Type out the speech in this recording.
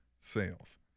sales